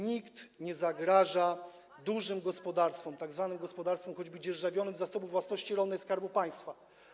Nikt nie zagraża dużym gospodarstwom, tzw. gospodarstwom choćby dzierżawionym z Zasobu Własności Rolnej Skarbu Państwa.